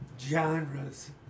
genres